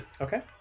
Okay